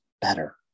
better